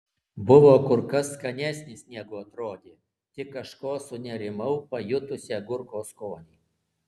buvo kur kas skanesnis negu atrodė tik kažko sunerimau pajutusi agurko skonį